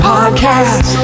Podcast